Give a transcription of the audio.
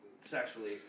sexually